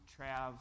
Trav